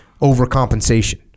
overcompensation